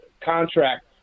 contract